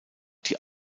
die